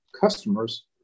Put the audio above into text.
customers